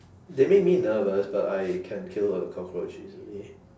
they make me nervous but I can kill a cockroach easily